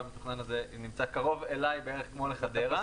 המתוכנן הזה נמצא קרוב אלי בערך כמו לחדרה.